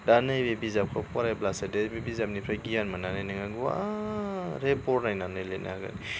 दा नैबे बिजाबखौ फरायब्लासो नैबे बिजाबनिफ्राय गियान मोन्नानै नोङो गुवारै बरनायनानै लिरनो हागोन